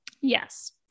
Yes